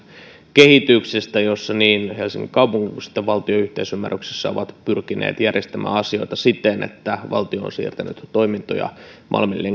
kehityksestä jossa niin helsingin kaupunki kuin valtio yhteisymmärryksessä ovat pyrkineet järjestämään asioita siten että valtio on siirtänyt toimintoja malmin